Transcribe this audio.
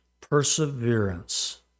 perseverance